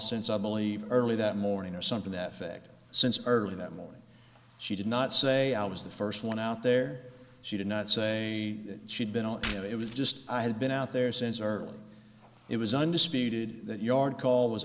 since i believe early that morning or something that fact since early that morning she did not say i was the first one out there she did not say that she'd been ill it was just i had been out there since early it was undisputed that yard call was